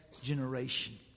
generation